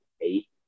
eight